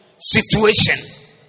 situation